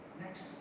next